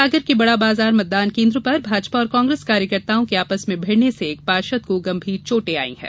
सागर के बड़ा बाजार मतदान केंद्र पर भाजपा और कांग्रेस कार्यकर्ताओं के आपस में भिड़ने से एक पार्षद को गंभीर चोटे आई हैं